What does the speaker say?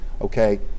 okay